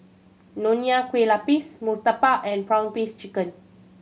Nonya Kueh Lapis murtabak and prawn paste chicken